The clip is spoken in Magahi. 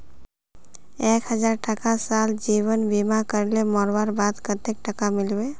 एक हजार टका साल जीवन बीमा करले मोरवार बाद कतेक टका मिलबे?